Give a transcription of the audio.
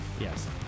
Yes